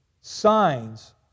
signs